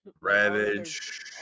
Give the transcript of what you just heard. ravage